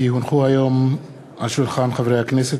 כי הונחו היום על שולחן הכנסת,